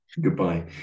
goodbye